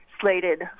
slated